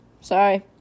Sorry